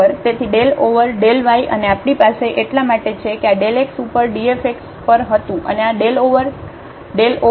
તેથી ∇ over ∇ y અને આપણી પાસે એટલા માટે છે કે આ ∇xઉપર dfxપર હતું અને આ ∇ ઓવર ∇ ઓવર પર